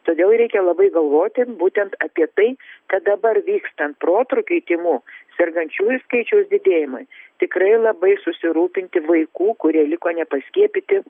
todėl reikia labai galvoti būtent apie tai kad dabar vykstant protrūkiui tymų sergančiųjų skaičiaus didėjimui tikrai labai susirūpinti vaikų kurie liko nepaskiepyti